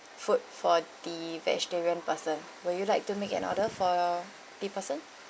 food the vegetarian person would you like to make an order for the person